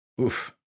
Oof